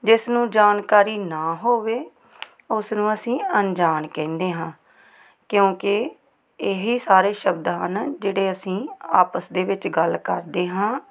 ਜਿਸ ਨੂੰ ਜਾਣਕਾਰੀ ਨਾ ਹੋਵੇ ਉਸਨੂੰ ਅਸੀਂ ਅਣਜਾਣ ਕਹਿੰਦੇ ਹਾਂ ਕਿਉਂਕਿ ਇਹ ਸਾਰੇ ਸ਼ਬਦ ਹਨ ਜਿਹੜੇ ਅਸੀਂ ਆਪਸ ਦੇ ਵਿੱਚ ਗੱਲ ਕਰਦੇ ਹਾਂ